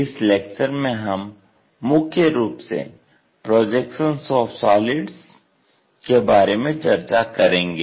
इस लेक्चर में हम मुख्य रूप से प्रोजेक्शन्स ऑफ़ सॉलिड्स के बारे में चर्चा करेंगे